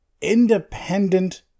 independent